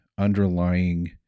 underlying